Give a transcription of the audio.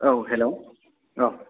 औ हेल' औ